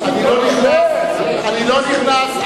אני לא נכנס,